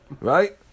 right